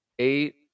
Eight